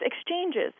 exchanges